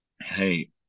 Hey